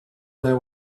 there